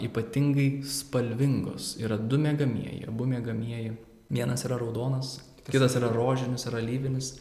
ypatingai spalvingos yra du miegamieji abu miegamieji vienas yra raudonas kitas yra rožinis ir alyvinis